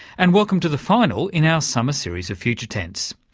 and welcome to the final in our summer series of future tense.